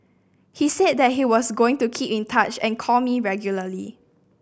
he said that he was going to keep in touch and call me regularly